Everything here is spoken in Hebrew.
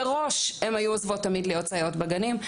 מראש הם היו עוזבות תמיד להיות סייעות בגנים,